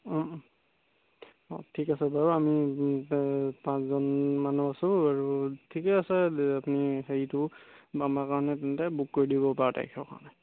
অঁ ঠিক আছে বাৰু আমি পাঁচজন মানুহ আছোঁ আৰু ঠিকে আছে আপুনি হেৰিটো বা আমাৰ কাৰণে তেন্তে বুক কৰি দিব বাৰ তাৰিখৰ কাৰণে